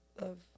love